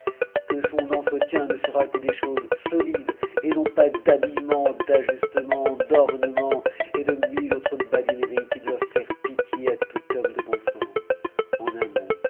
e son entretien ne sera que des choses solides et non pas d'habillements justements d'ornements et de mille autres badineries qui doivent faire homme de bon sens en un mot